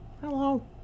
Hello